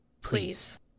please